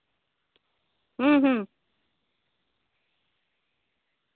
ᱦᱩᱸ ᱦᱩᱸ